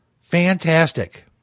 fantastic